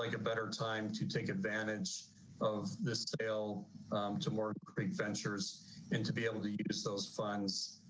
like a better time to take advantage of the sale to more great ventures and to be able to use those funds.